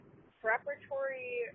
preparatory